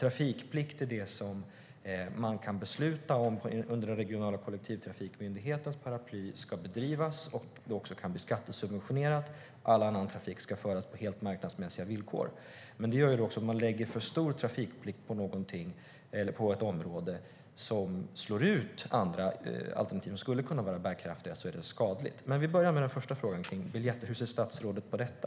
Trafikplikt är alltså det man kan besluta om ska bedrivas under den regionala kollektivtrafikmyndighetens paraply, och det kan också skattesubventioneras. All annan trafik ska föras på helt marknadsmässiga villkor. Det gör ju också att det är skadligt om man lägger för stor trafikplikt på ett område och slår ut andra alternativ som skulle kunna vara bärkraftiga. Vi börjar med den första frågan om biljetter. Hur ser statsrådet på detta?